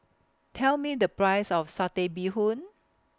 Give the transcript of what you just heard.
Tell Me The Price of Satay Bee Hoon